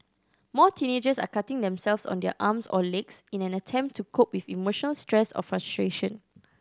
more teenagers are cutting themselves on their arms or legs in an attempt to cope with emotional stress or frustration